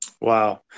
Wow